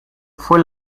fue